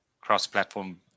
cross-platform